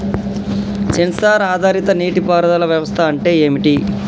Censor ఆధారిత నీటి పారుదల వ్యవస్థ అంటే ఏమిటి?